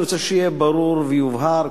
אני רוצה שיהיה ברור ויובהר,